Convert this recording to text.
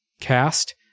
cast